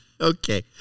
Okay